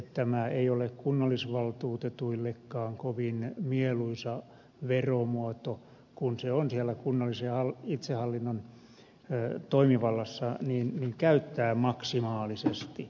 tämä ei ole kunnallisvaltuutetuillekaan kovin mieluisa veromuoto kun se on siellä kunnallisen itsehallinnon toimivallassa käyttää maksimaalisesti